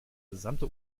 gesamte